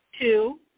Two